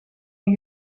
een